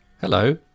Hello